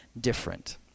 different